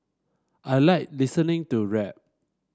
I like listening to rap